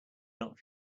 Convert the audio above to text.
not